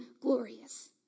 glorious